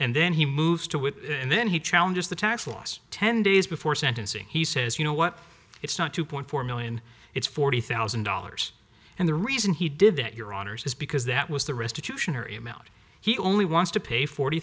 and then he moved to wit and then he challenges the tax loss ten days before sentencing he says you know what it's not two point four million it's forty thousand dollars and the reason he did that your honour's is because that was the restitution or him out he only wants to pay forty